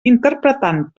interpretant